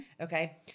Okay